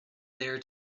there